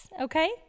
okay